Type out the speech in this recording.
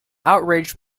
outraged